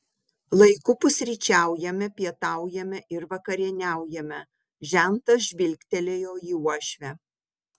laiku pusryčiaujame pietaujame ir vakarieniaujame žentas žvilgtelėjo į uošvę